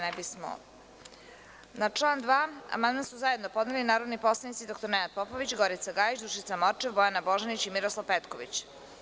Na član 2. amandman su zajedno podneli narodni poslanici dr Nenad Popović, Gorica Gajić, Dušica Morčev, Bojana Božanić i Miroslav Petković.